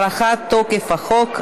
(הארכת תוקף החוק),